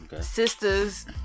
sisters